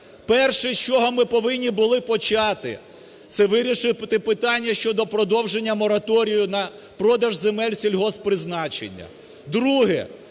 перше, з чого ми повинні були почати, це вирішити питання щодо продовження мораторію на продаж земель сільгосппризначення. Друге,